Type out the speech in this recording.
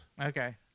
Okay